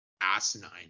asinine